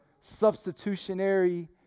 substitutionary